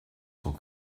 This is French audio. sont